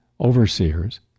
overseers